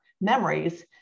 memories